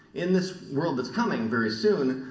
in this world that's coming very soon,